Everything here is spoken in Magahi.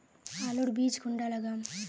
आलूर बीज कुंडा लगाम?